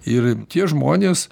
ir tie žmonės